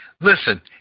Listen